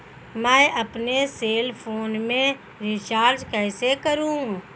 मैं अपने cell phone में रिचार्ज कैसे करूँ?